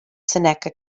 seneca